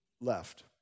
left